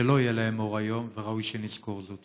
שלא יהיה להן אור היום, וראוי שנזכור זאת.